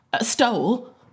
stole